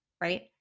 right